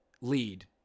lead